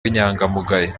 w’inyangamugayo